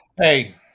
hey